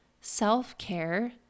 Self-care